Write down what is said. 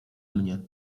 mnie